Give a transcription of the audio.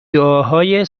دعاهای